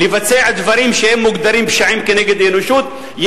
לבצע דברים שהם מוגדרים פשעים כנגד האנושות,